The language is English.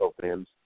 fans